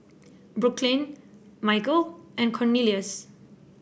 Brooklynn Michale and Cornelius